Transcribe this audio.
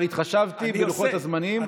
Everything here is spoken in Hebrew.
אבל התחשבתי בלוחות הזמנים,